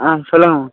ஆ சொல்லுங்க